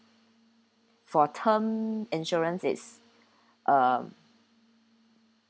for term insurance it's um